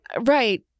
Right